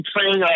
playing